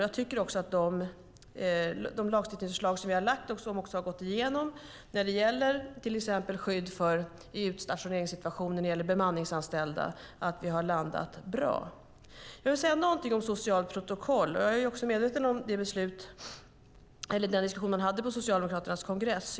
Jag tycker också att vi har landat bra när det gäller de lagstiftningsförslag som vi har lagt fram och som också har gått igenom när det gäller till exempel skydd för bemanningsanställda i en utstationeringssituation. Jag vill säga någonting om socialt protokoll. Jag är också medveten om den diskussion man hade på Socialdemokraternas kongress.